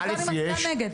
מכאן שאני מצביעה נגד.